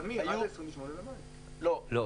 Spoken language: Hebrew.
אני אבהיר את הנקודה.